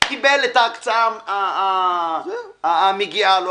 קיבל את הקצאה המגיעה לו.